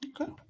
okay